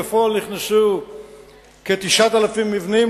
בפועל נכנסו כ-9,000 מבנים,